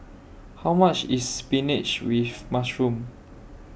How much IS Spinach with Mushroom